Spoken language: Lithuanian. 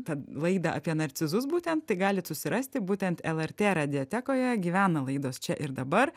tą laidą apie narcizus būtent tai galit susirasti būtent lrt radijotekoje gyvena laidos čia ir dabar